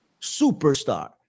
superstar